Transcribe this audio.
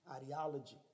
ideology